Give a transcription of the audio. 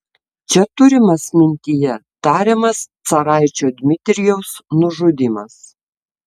čia turimas mintyje tariamas caraičio dmitrijaus nužudymas